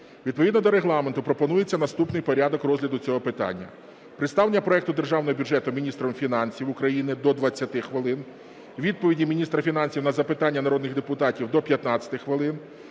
Відповідно до Регламенту пропонується наступний порядок розгляду цього питання. Представлення проекту Державного бюджету міністром фінансів України – до 20 хвилин; відповіді міністра фінансів на запитання народних депутатів – до 15 хвилин;